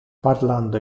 parlando